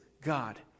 God